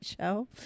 show